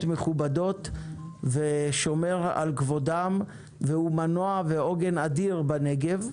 מכובדות ושומר על כבודם והוא מנוע ועוגן אדיר בנגב.